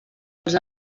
els